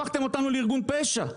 הפכתם אותנו לארגון פשע.